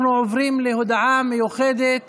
אנחנו עוברים להודעה מיוחדת